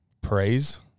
praise